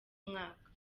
umwaka